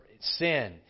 sin